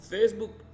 Facebook